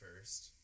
first